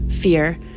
fear